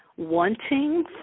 wanting